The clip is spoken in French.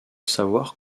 savoir